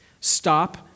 stop